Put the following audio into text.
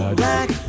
black